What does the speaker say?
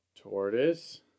Tortoise